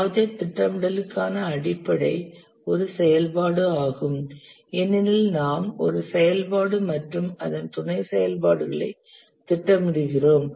project திட்டமிடலுக்கான அடிப்படை ஒரு செயல்பாடு ஆகும் ஏனெனில் நாம் ஒரு செயல்பாடு மற்றும் அதன் துணை செயல்பாடுகளை திட்டமிடுகிறோம்